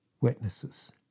witnesses